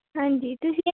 ਹਾਂਜੀ ਤੁਸੀਂ